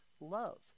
Love